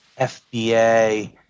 FBA